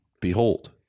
behold